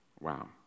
Wow